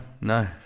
no